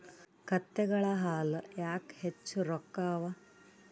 ಕತ್ತೆಗಳ ಹಾಲ ಯಾಕ ಹೆಚ್ಚ ರೊಕ್ಕ ಅವಾ?